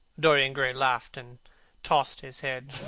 dorian gray laughed, and tossed his head.